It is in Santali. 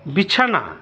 ᱵᱤᱪᱷᱟᱱᱟ